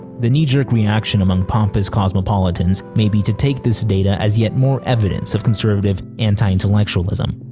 the knee-jerk reaction among pompous cosmopolitans may be to take this data as yet more evidence of conservative anti-intellectualism.